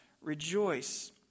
Rejoice